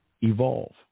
evolve